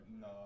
No